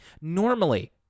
normally